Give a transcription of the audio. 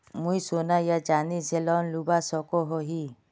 मुई सोना या चाँदी से लोन लुबा सकोहो ही?